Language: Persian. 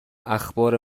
اخبار